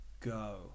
Go